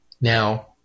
Now